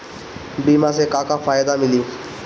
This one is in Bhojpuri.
बीमा से का का फायदा मिली?